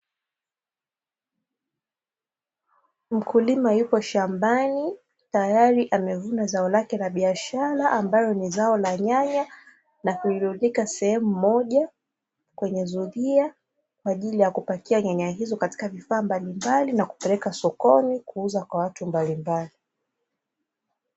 Mkulima yupo shambani, tayari amevuna zao lake la biashara, ambalo ni zao la nyanya na kulirundika sehemu moja, kwenye zuria kwa ajili ya kupakia nyanya hizo katika vifaa mbalimbali na kupeleka sokni, kuuza kwa watu mbalimabli.